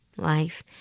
life